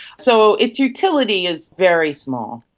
so its utility is very small.